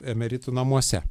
emeritų namuose